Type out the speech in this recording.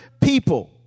people